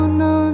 no